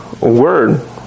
Word